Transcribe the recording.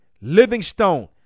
Livingstone